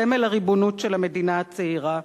סמל הריבונות של המדינה הצעירה,